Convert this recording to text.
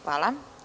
Hvala.